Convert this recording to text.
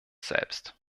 selbst